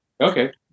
Okay